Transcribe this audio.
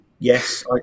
Yes